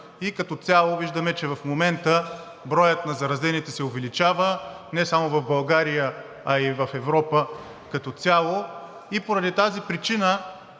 а като цяло виждаме, че в момента броят на заразените се увеличава не само в България, но и в Европа. Поради тази причина,